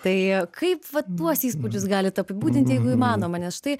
tai kaip vat tuos įspūdžius galit apibūdint jeigu įmanoma nes štai